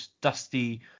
dusty